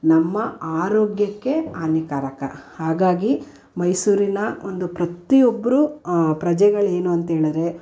ನಮ್ಮ ಆರೋಗ್ಯಕ್ಕೆ ಹಾನಿಕಾರಕ ಹಾಗಾಗಿ ಮೈಸೂರಿನ ಒಂದು ಪ್ರತಿ ಒಬ್ಬರು ಪ್ರಜೆಗಳು ಏನು ಅಂತ್ಹೇಳಿದ್ರೆ